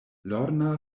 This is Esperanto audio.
lorna